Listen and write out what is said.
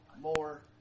more